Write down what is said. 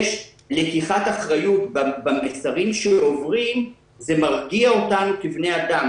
יש לקיחת אחריות במֵצַרים שעוברים זה מרגיע אותנו כבני אדם,